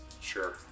Sure